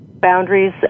boundaries